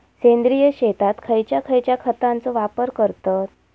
सेंद्रिय शेतात खयच्या खयच्या खतांचो वापर करतत?